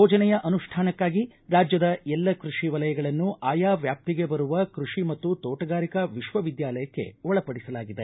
ಯೋಜನೆಯ ಅನುಷ್ಠಾನಕಾಗಿ ರಾಜ್ಯದ ಎಲ್ಲ ಕೃಷಿ ವಲಯಗಳನ್ನು ಆಯಾ ವ್ಯಾಪ್ತಿಗೆ ಬರುವ ಕೃಷಿ ಮತ್ತು ತೋಟಗಾರಿಕಾ ವಿಶ್ವವಿದ್ಯಾಲಯಕ್ಕೆ ಒಳಪಡಿಸಲಾಗಿದೆ